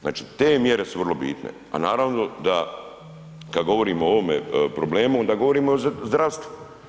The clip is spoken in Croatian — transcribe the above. Znači te mjere su vrlo bitne, a naravno da kada govorimo o ovom problemu, onda govorimo o zdravstvu.